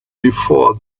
before